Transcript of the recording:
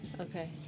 Okay